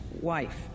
wife